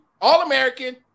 All-American